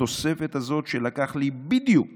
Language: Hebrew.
התוספת הזאת שלקח לי בדיוק